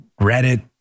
Reddit